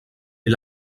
est